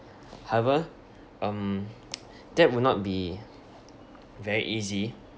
however um that would not be very easy